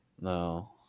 No